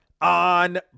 on